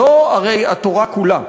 זו הרי התורה כולה.